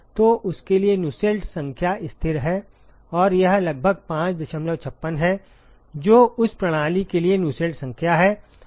तो उसके लिए नुसेल्ट संख्या स्थिर है और यह लगभग 556 है जो उस प्रणाली के लिए नुसेल्ट संख्या है